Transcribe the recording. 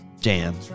Jam